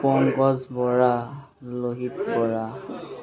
Pankaj Bora Luhit Bora